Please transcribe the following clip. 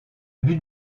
but